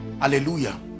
hallelujah